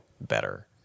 better